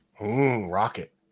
Rocket